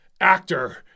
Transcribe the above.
actor